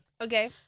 Okay